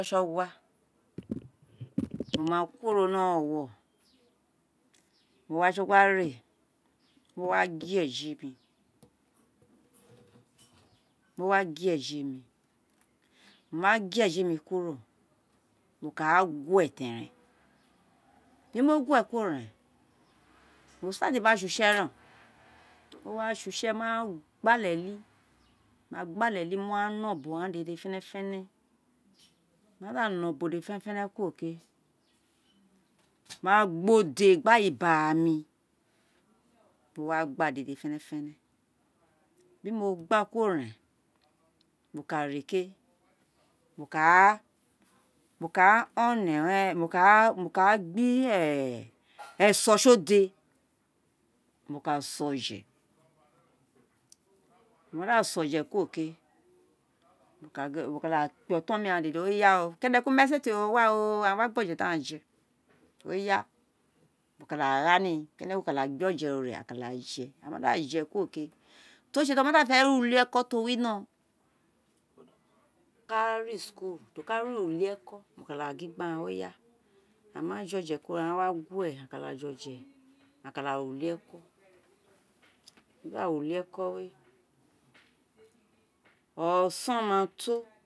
Ọjọ uṣẹ ṣẹgua wa ma kuo ro ni ọwọwọ wo wa sọ gua ré, wo wa guẹ ẹji mi, wo ma guẹ ẹji mi kuro, wo káá gue teren di ino guẹ kuro rẹm mo start gba sé us ren o, o wa sé uṣẹ mo wa gba ete uli, gbá gbá álẹ uli mo wa nọ ubo ghan dede ferẹfẹrẹ mo ma da nọ ubo fẹrẹfẹrẹ kuor kée mo wa gba ode, gba ana ibara mi, ion wa gba dede fenefere di mo gba kuro ren mo karé kée mo káá on mo káá gbé ẹsọ ṣi o dé mo ka sé ọjẹ mo ma da sé ojẹ juro kéé, mo ka da kpé otonghan kienekun mii eserer ro wa o, a wa gba oje di e ghan je a ka da gha ni kenejun ka da gbé ojẹ ro ré a ka da je, di ama jerun kuro kéé, ti o sé ti o ma da fe ré uli eko ti o winoron, o wa ré svhool, o ku ré uli ekọ a ka da gin gbe aghan aghan ma je oje kuro, aghan wa gue, a ka da ré uli eko ti a gba ré uli eko wé ọsọn mato